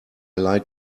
like